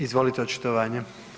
Izvolite očitovanje.